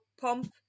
pump